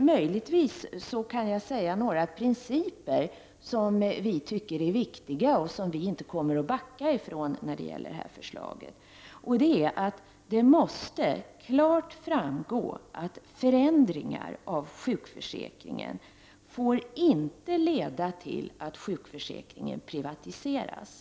Möjligtvis kan jag ange några principer som vi tycker är viktiga och som vi inte kommer att backa från när det gäller detta förslag. För det första måste det klart framgå att förändringar i sjukförsäkringen inte får leda till att sjukförsäkringen privatiseras.